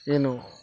ಏನು